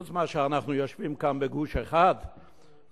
חוץ מזה שאנחנו יושבים כאן בגוש אחד בכנסת,